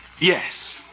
Yes